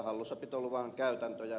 arvoisa puhemies